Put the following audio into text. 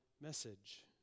message